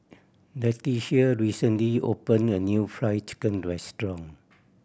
Letitia recently opened a new Fried Chicken restaurant